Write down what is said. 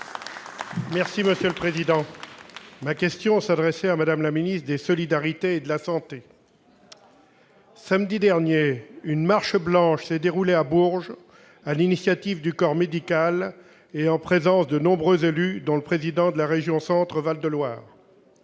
Union Centriste. Ma question s'adressait à Mme la ministre des solidarités et de la santé. Samedi dernier, une marche blanche s'est déroulée à Bourges, sur l'initiative du corps médical et en présence de nombreux élus, dont le président de la région Centre-Val de Loire.